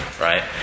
right